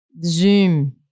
zoom